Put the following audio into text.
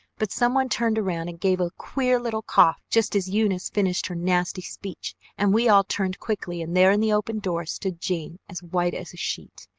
but someone turned around and gave a queer little cough just as eunice finished her nasty speech, and we all turned quickly and there in the open door stood jane, as white as a sheet,